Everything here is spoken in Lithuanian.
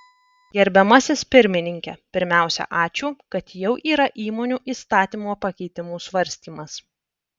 gerbiamasis pirmininke pirmiausia ačiū kad jau yra įmonių įstatymo pakeitimų svarstymas